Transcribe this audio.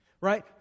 Right